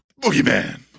boogeyman